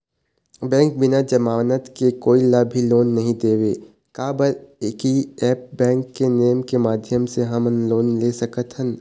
Bank बिना जमानत के कोई ला भी लोन नहीं देवे का बर की ऐप बैंक के नेम के माध्यम से हमन लोन ले सकथन?